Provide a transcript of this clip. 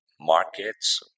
markets